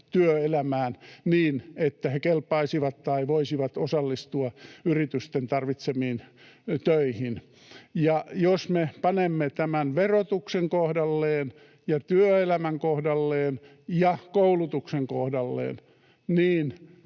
työelämään niin, että he kelpaisivat tai voisivat osallistua yritysten tarvitsemiin töihin. Jos me panemme verotuksen kohdalleen ja työelämän kohdalleen ja koulutuksen kohdalleen,